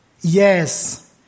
Yes